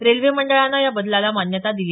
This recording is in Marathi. रेल्वे मंडळानं या बदलाला मान्यता दिली